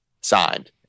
signed